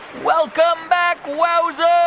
welcome back, wowzers